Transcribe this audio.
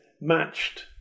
matched